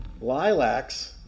lilacs